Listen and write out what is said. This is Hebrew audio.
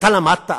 אתה למדת?